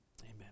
amen